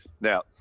now